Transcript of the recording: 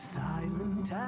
silent